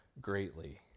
greatly